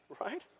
right